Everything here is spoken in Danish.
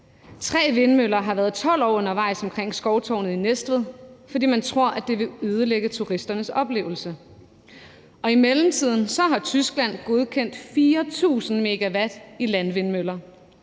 Tre vindmøller har været 12 år undervejs omkring Skovtårnet i Næstved, fordi man tror, at de vil ødelægge turisternes oplevelse. I mellemtiden har Tyskland godkendt 4.000 MW i landvindmøller.